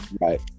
Right